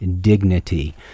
dignity